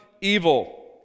evil